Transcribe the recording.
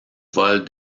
vole